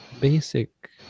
basic